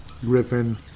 griffin